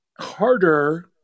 harder